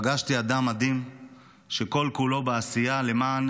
פגשתי אדם מדהים שכל-כולו בעשייה למען